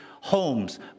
Homes